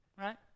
Right